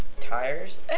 tires